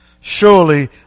Surely